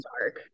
dark